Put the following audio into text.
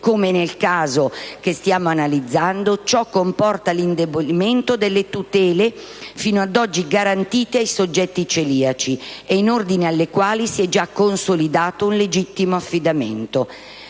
come nel caso che stiamo analizzando - ciò comporta l'indebolimento delle tutele fino ad oggi garantite ai soggetti celiaci, e in ordine alle quali si è già consolidato un legittimo affidamento.